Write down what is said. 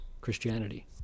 Christianity